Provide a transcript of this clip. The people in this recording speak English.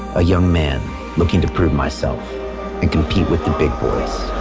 a young man looking to prove myself and compete with the big boys,